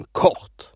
kort